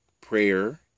Prayer